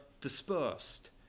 dispersed